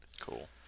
Cool